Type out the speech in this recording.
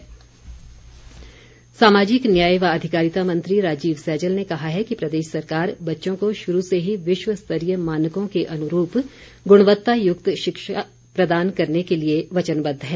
सैजल सामाजिक न्याय व अधिकारिता मंत्री राजीव सैजल ने कहा है कि प्रदेश सरकार बच्चों को शुरू से ही विश्वस्तरीय मानकों के अनुरूप गुणवत्तायुक्त शिक्षा प्रदान करने के लिए वचनबद्ध है